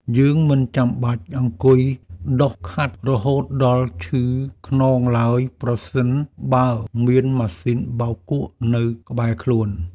យើងមិនចាំបាច់អង្គុយដុសខាត់រហូតដល់ឈឺខ្នងឡើយប្រសិនបើមានម៉ាស៊ីនបោកគក់នៅក្បែរខ្លួន។